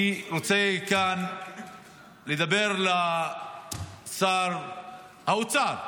אני רוצה מכאן לדבר לשר האוצר,